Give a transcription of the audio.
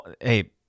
hey